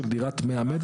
של דירת 100 מ"ר.